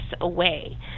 away